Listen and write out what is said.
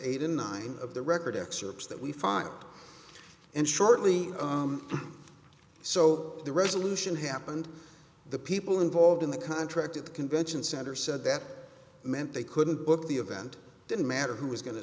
eight in nine of the record excerpts that we filed and shortly so the resolution happened the people involved in the contract at the convention center said that meant they couldn't book the event didn't matter who was going to